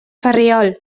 ferriol